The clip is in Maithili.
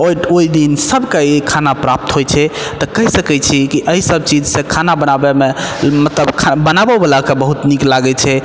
ओइ दिन सबके ई खाना प्राप्त होइ छै तऽ कहि सकय छी कि अइ सब चीजसँ खाना बनाबयमे मतलब खा बनाबो बलाके बहुत नीक लागय छै